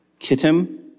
Kittim